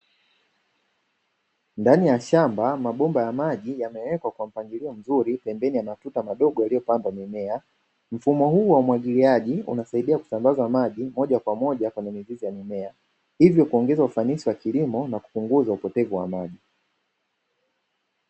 Ndani ya shamba, mabomba ya maji yameekwa kwa mpangilio mzuri pembeni ya matuta madogo yaliopandwa mimea. Mfumo huu wa mwagiliaji unasaidia kusambaza maji moja kwa moja kwenye mizizi ya mimea, hivyo kuongeza ufanisi wa kilimo na kupunguza upotevu wa maji.